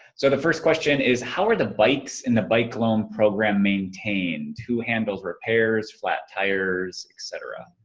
so the first question is how are the bikes in the bike loan program maintained? who handles repairs, flat tires, et cetera?